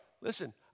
listen